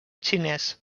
xinès